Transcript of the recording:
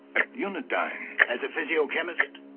at unidyne. as a physiochemist?